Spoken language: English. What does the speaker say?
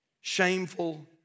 Shameful